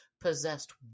possessed